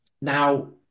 Now